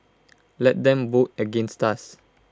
let them vote against us